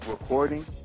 recording